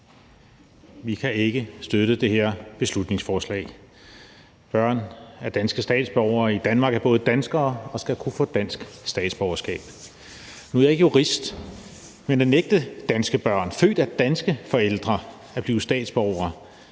Vi kan ikke støtte det her beslutningsforslag. Børn af danske statsborgere i Danmark er både danskere og skal kunne få dansk statsborgerskab. Nu er jeg ikke jurist, men at nægte danske børn født af danske forældre at blive statsborgere